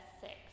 six